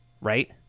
right